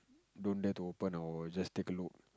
don't dare to open or you just take a look